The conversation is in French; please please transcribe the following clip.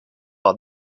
par